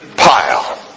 pile